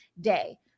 day